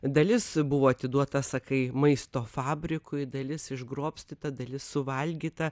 dalis buvo atiduota sakai maisto fabrikui dalis išgrobstyta dalis suvalgyta